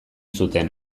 zuten